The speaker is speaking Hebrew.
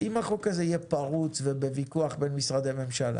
אם החוק הזה יהיה פרוץ ובוויכוח בין משרדי ממשלה